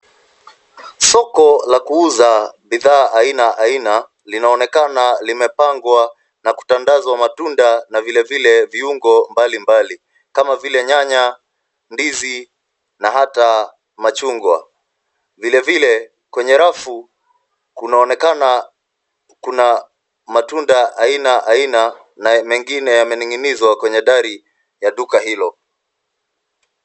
Soko la kuuza bidha aina aina linaonekana limepangwa na kutandazwa matunda na vilevile viungo mbalimbali kama vile nyanya, ndizi na hata machungwa. Vilevile kwenye rafu kuona onekana kuna matunda aina aina na mengine yamening'inizwa kwenye dari ya duka hilo.